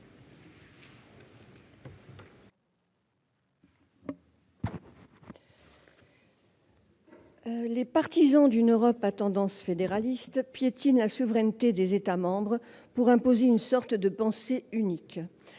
Les partisans d'une Europe à tendance fédéraliste piétinent la souveraineté des États membres pour imposer une sorte de pensée unique.